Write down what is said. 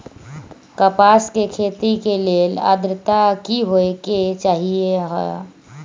कपास के खेती के लेल अद्रता की होए के चहिऐई?